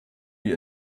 wie